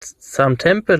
samtempe